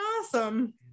awesome